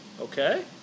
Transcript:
Okay